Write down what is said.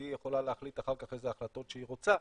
היא יכולה להחליט אחר כך איזה החלטות שהיא רוצה,